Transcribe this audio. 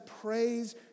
praise